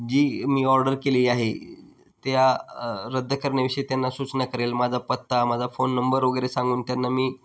जी मी ऑर्डर केली आहे त्या रद्द करण्याविषयी त्यांना सूचना करेल माझा पत्ता माझा फोन नंबर वगैरे सांगून त्यांना मी